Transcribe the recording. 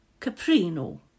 caprino